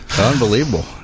Unbelievable